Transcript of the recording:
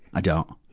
i don't.